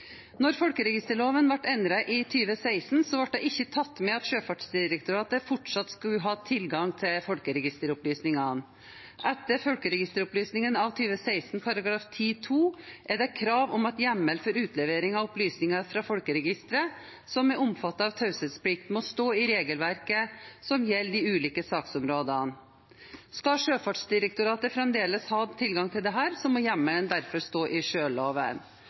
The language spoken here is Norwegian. når det er nødvendig for å utføre oppgaver etter sjøloven. Sjøfartsdirektoratet har tidligere hatt tillatelse fra Skattedirektoratet til å hente ut opplysninger med hjemmel i folkeregisterloven av 16. januar 1970. Da folkeregisterloven ble endret i 2016, ble det ikke tatt med at Sjøfartsdirektoratet fortsatt skulle ha tilgang til folkeregisteropplysninger. Etter folkeregisterloven av 2016 § 10-2 er det krav om at hjemmel for utlevering av opplysninger fra folkeregisteret som er omfattet av taushetsplikt, må stå i regelverket som gjelder